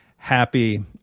happy